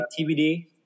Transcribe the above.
TBD